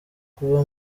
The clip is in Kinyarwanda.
kuba